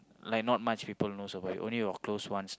like not much people knows about it only your close ones